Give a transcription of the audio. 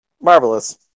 Marvelous